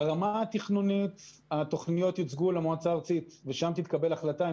ברמה התכנונית התוכניות יוצגו למועצה הארצית ושם תתקבל החלטה אם